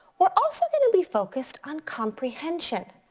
we're also gonna be focused on comprehension.